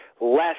less